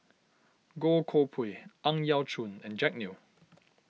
Goh Koh Pui Ang Yau Choon and Jack Neo